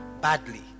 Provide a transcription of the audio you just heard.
badly